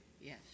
Yes